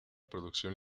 producción